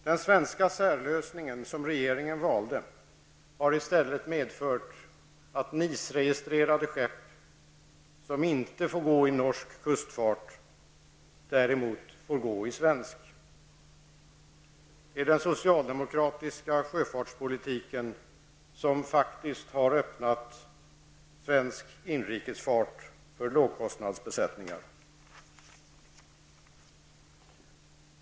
Den svenska särlösning som regeringen valde har i stället medfört att NIS-registrerade skepp, som inte får gå i norsk kustfart, däremot får gå i svensk. Det är den socialdemokratiska sjöfartspolitiken som faktiskt har öppnat svensk inrikesfart för lågkostnadsbesättningar.